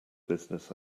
business